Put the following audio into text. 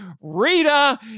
Rita